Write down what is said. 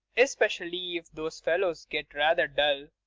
especially if those fellows get rather dull.